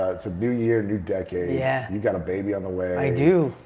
ah it's a new year, new decade. yeah you've got a baby on the way. i do.